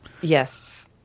Yes